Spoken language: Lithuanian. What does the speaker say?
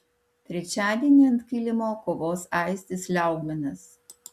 trečiadienį ant kilimo kovos aistis liaugminas